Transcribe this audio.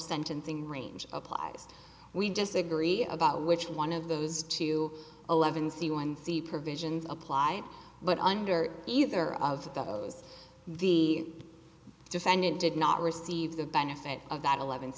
sentencing range applies we disagree about which one of those two eleven c one c provisions apply but under either of those the defendant did not receive the benefit of that eleven